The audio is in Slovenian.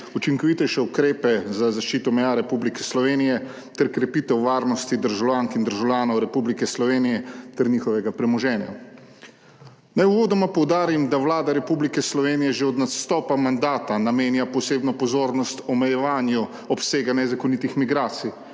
učinkovitejše ukrepe za zaščito meja Republike Slovenije ter krepitev varnosti **10. TRAK: (TB) – 13.45** (nadaljevanje) državljank in državljanov Republike Slovenije ter njihovega premoženja. Naj uvodoma poudarim, da Vlada Republike Slovenije že od nastopa mandata namenja posebno pozornost omejevanju obsega nezakonitih migracij,